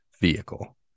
vehicle